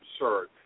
absurd